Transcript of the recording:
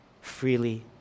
freely